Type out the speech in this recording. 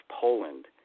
Poland